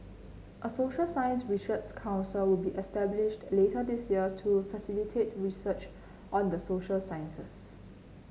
a social science research council will be established later this year to facilitate research on the social sciences